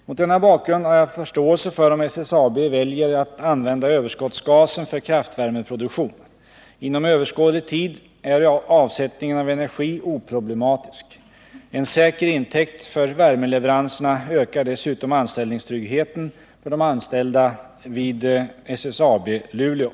Mot denna bakgrund har jag förståelse för om SSAB väljer att använda överskottsgasen för kraftvärmeproduktion. Inom överskådlig tid är avsättningen av energi oproblematisk. En säker intäkt för värmeleveranserna ökar dessutom anställningstryggheten för de anställda vid SSAB Luleå.